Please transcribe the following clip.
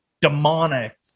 demonic